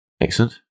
excellent